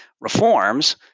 reforms